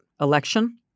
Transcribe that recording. election